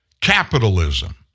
Capitalism